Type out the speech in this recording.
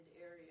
area